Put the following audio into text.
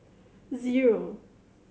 zero